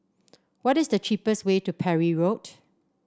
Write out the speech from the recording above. what is the cheapest way to Parry Road